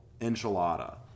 enchilada